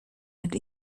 and